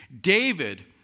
David